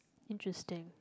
interesting